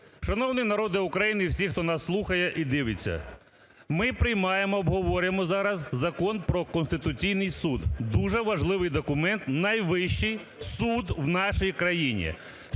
Шановний народе України і всі, хто нас слухає і дивиться! Ми приймаємо, обговорюємо зараз Закон про Конституційний Суд, дуже важливий документ, найвищий суд в нашій країні.